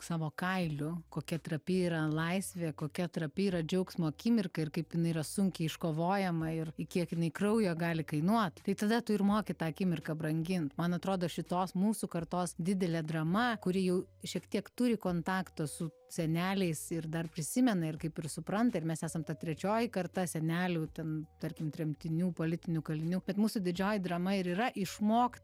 savo kailiu kokia trapi yra laisvė kokia trapi yra džiaugsmo akimirka ir kaip jinai yra sunkiai iškovojama ir kiek jinai kraujo gali kainuot tai tada tu ir moki tą akimirką brangint man atrodo šitos mūsų kartos didelė drama kuri jau šiek tiek turi kontaktą su seneliais ir dar prisimena ir kaip ir supranta ir mes esam ta trečioji karta senelių ten tarkim tremtinių politinių kalinių bet mūsų didžioji drama ir yra išmokt